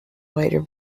later